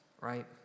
right